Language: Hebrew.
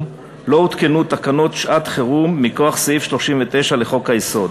לא הותקנו תקנות שעת-חירום מכוח סעיף 39 לחוק-היסוד.